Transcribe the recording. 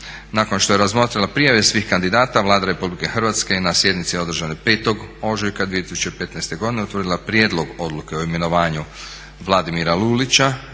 Nakon što je razmotrila prijave svih kandidata Vlada RH je na sjednici održanoj 5. ožujka 2015. godine utvrdila Prijedlog odluke o imenovanju Vladimira Lulića